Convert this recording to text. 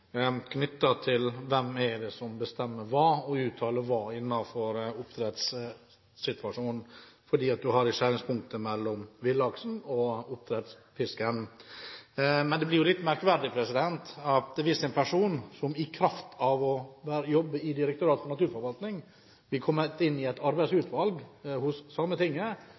som bestemmer hva, og uttaler hva, når det gjelder oppdrettsnæringen, for her er man i skjæringspunktet mellom villaksen og oppdrettsfisken. Det blir litt merkverdig hvis en person som i kraft av å jobbe i Direktoratet for naturforvaltning, kommer inn i et arbeidsutvalg